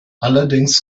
allerdings